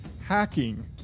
hacking